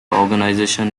organization